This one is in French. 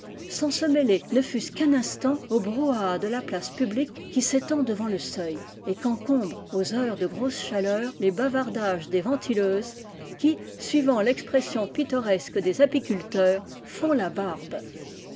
sans se mèler ne fût-ce qu'un instant au brouhaha de la place publique qui s'étend devant le seuil et quencombrent aux heures de grosse chaleur les bavardages des ventileuses qui suivant v pression pittoresgue des apiculteurs fon i barbe